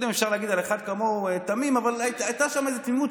לא יודע אם אפשר להגיד על אחד כמוהו שהוא תמים אבל הייתה שם תמימות,